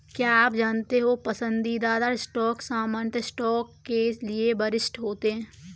क्या आप जानते हो पसंदीदा स्टॉक सामान्य स्टॉक के लिए वरिष्ठ होते हैं?